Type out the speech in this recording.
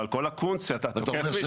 אבל כל הקונץ' שאתה תוקף מישהו,